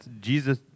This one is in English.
Jesus